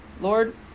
Lord